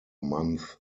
month